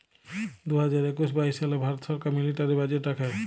দু হাজার একুশ বাইশ সালে ভারত ছরকার মিলিটারি বাজেট রাখে